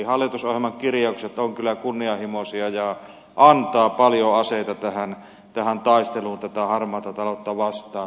hallitusohjelman kirjaukset ovat kyllä kunnianhimoisia ja antavat paljon aseita tähän taisteluun harmaata taloutta vastaan